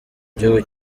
gihugu